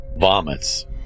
vomits